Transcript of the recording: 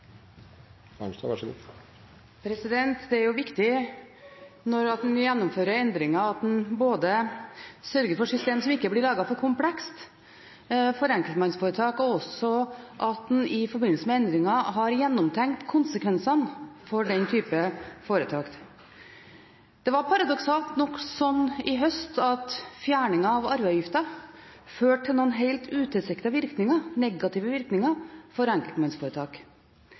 jo viktig når en gjennomfører endringer, at en sørger for et system som ikke blir laget for komplekst, og at en i forbindelse med endringer for enkeltmannsforetak også har tenkt igjennom konsekvensene for den type foretak. Det var paradoksalt nok slik i høst at fjerning av arveavgiften førte til noen helt utilsiktede negative virkninger for enkeltmannsforetak.